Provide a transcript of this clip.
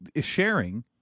sharing